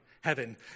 heaven